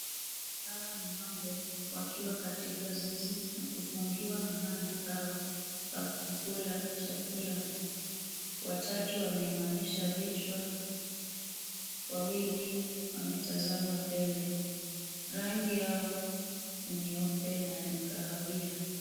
Hawa ni ng'ombe wakiwa katika zizi na kufungiwa mahali pao pa kukula chakula. Watatu wameinamishwa vichwa. Wawili wametazama mbele. Rangi yao ni nyeupe na kahawia.